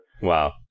Wow